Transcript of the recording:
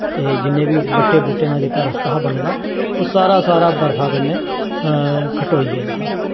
ते जि'न्ने बी बट्टें बूट्टें दा जेह्का रास्ता हा बने दा ओह् सारा सारा बर्फा क'न्नै खटोई गेदा हा